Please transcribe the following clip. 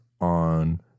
on